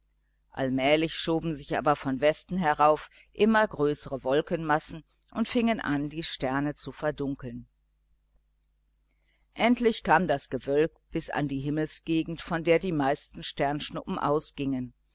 allmählich schoben sich aber von westen herauf immer größere wolkenmassen und fingen an die sterne zu verdunkeln endlich kam das gewölk bis an die himmelsgegend von der die meisten sternschnuppen ausgingen